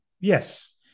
yes